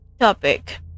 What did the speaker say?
topic